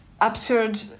absurd